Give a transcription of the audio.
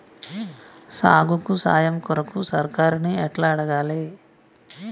సాగుకు సాయం కొరకు సర్కారుని ఎట్ల అడగాలే?